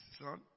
son